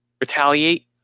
retaliate